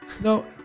no